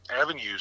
avenues